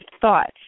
thoughts